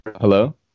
Hello